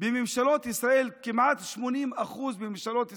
כמעט ב-80% מממשלות ישראל,